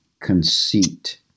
conceit